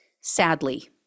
sadly